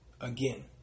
again